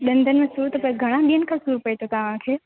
दंदनि में सूर थो पए घणनि ॾींहंनि खां सूर पए थो तव्हांखे